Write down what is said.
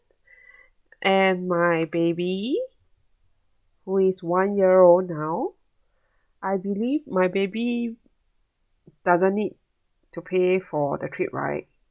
and my baby who is one year old now I believe my baby doesn't need to pay for the trip right